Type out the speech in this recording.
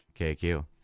KQ